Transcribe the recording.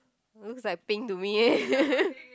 it looks like pink to me eh